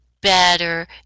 better